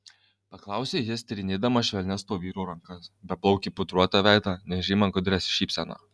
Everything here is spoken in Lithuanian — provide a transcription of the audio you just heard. paklausė jis tyrinėdamas švelnias to vyro rankas beplaukį pudruotą veidą nežymią gudrią šypseną